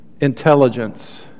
intelligence